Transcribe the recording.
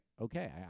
okay